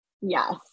Yes